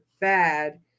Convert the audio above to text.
bad